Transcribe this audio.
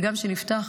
וגם שנפתח